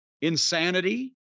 insanity